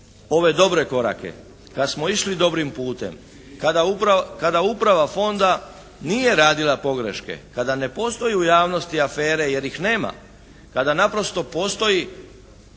ove dobre korake, kad smo išli dobrim putem, kada uprava fonda nije radila pogreške, kada ne postoje u javnosti afere jer ih nema, kada naprosto postoji